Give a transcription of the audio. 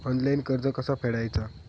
Online कर्ज कसा फेडायचा?